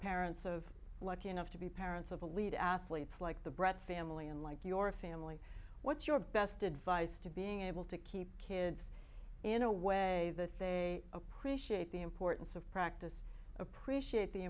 parents of lucky enough to be parents of elite athletes like the brett family and like your family what's your best advice to being able to keep kids in a way that they appreciate the importance of practice appreciate the